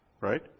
right